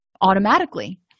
automatically